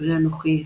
"עברי אנכי",